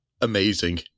amazing